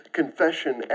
confession